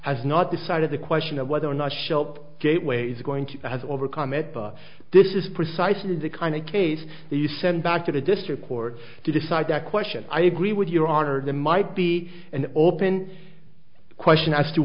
has not decided the question of whether or not shelp gateway is going to has overcome it but this is precisely the kind of case the send back to the district court to decide that question i agree with your honor the might be an open the question as to